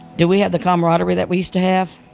do we have the camaraderie that we used to have?